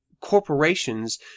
corporations